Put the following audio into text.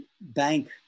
bank